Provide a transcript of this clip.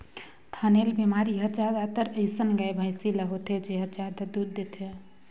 थनैल बेमारी हर जादातर अइसन गाय, भइसी ल होथे जेहर जादा दूद देथे